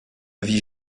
vit